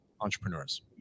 entrepreneurs